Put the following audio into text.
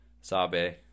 Sabe